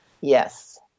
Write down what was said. Yes